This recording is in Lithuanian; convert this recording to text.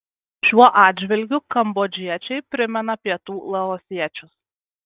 šiuo atžvilgiu kambodžiečiai primena pietų laosiečius